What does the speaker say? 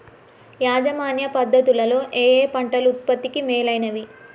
యాజమాన్య పద్ధతు లలో ఏయే పంటలు ఉత్పత్తికి మేలైనవి?